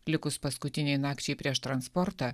likus paskutinei nakčiai prieš transportą